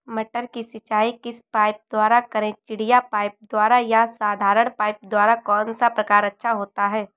मटर की सिंचाई किस पाइप द्वारा करें चिड़िया पाइप द्वारा या साधारण पाइप द्वारा कौन सा प्रकार अच्छा होता है?